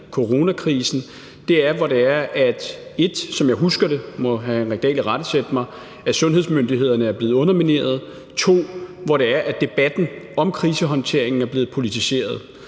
coronakrisen, punkt 1, var – som jeg husker det, og ellers må hr. Henrik Dahl irettesætte mig – at sundhedsmyndighederne er blevet undermineret, og punkt 2, at debatten om krisehåndteringen er blevet politiseret.